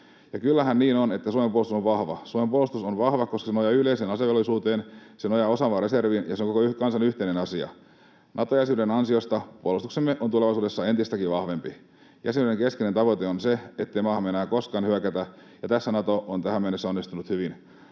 kyllähän niin on, että Suomen puolustus on vahva. Suomen puolustus on vahva, koska se nojaa yleiseen asevelvollisuuteen, se nojaa osaavaan reserviin ja se on koko kansan yhteinen asia. Nato-jäsenyyden ansiosta puolustuksemme on tulevaisuudessa entistäkin vahvempi. Jäsenyyden keskeinen tavoite on se, ettei maahamme enää koskaan hyökätä, ja tässä Nato on tähän mennessä onnistunut hyvin.